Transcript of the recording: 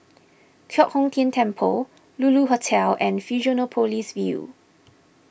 Giok Hong Tian Temple Lulu Hotel and Fusionopolis View